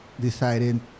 deciding